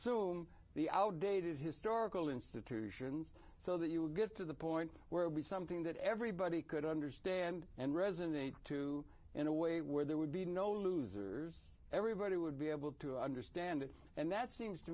the outdated historical institutions so that you would get to the point where we something that everybody could understand and resonate too in a way where there would be no losers everybody would be able to understand it and that seems to